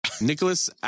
Nicholas